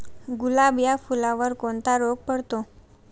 गुलाब या फुलावर कोणता रोग पडतो?